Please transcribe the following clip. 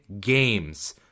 games